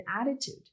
attitude